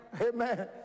Amen